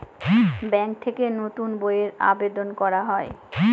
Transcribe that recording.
bank থেকে নতুন বইয়ের আবেদন করতে হয়